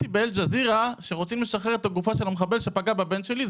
באל ג'זירה שרוצים לשחרר את הגופה של המחבל שפגע בבן שלי,